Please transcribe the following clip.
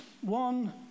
one